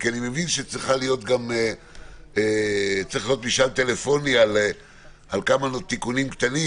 כי אני מבין שצריך להיות משאל טלפוני על כמה תיקונים קטנים,